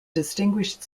distinguished